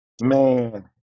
Man